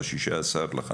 ב-16.5